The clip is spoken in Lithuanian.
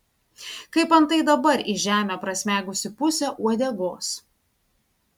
kaip antai dabar į žemę prasmegusi pusė uodegos